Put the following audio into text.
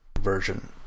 version